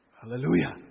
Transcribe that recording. Hallelujah